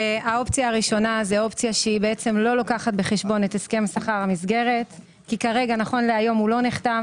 הראשונה לא לוקחת בחשבון את הסכם שכר המסגרת כי כרגע לא נחתם.